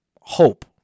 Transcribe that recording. hope